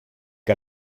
que